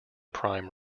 prime